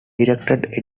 directed